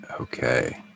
okay